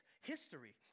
history